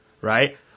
right